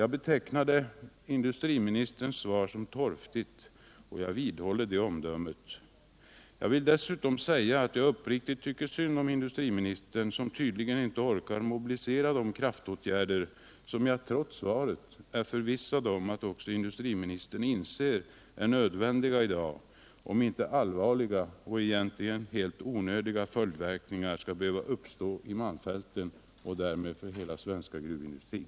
Jag betecknade industriministerns svar som torftigt. och jag vidhåller det omdömet. Dessutom vill jag säga att jag tycker uppriktigt synd om industriminstern, som tydligen inte orkar vidta de kraftåtgärder som jag trots svaret är förvissad om att också industriministern inser är nödvändiga i dag, om inte allvarliga och egentligen helt onödiga följdverkningar skall uppstå i malmfälten och därmed också drabba hela den svenska gruvindustrin.